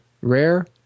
Rare